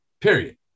Period